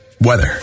weather